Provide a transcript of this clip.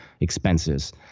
expenses